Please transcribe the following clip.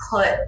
put